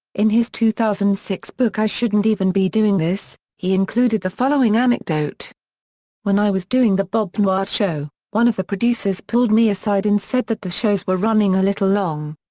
in his two thousand and six book i shouldn't even be doing this, he included the following anecdote when i was doing the bob newhart show, one of the producers pulled me aside and said that the shows were running a little long.